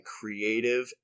creative